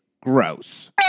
gross